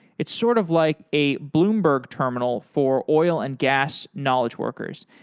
it's sort of like a bloomberg terminal for oil and gas knowledge workers.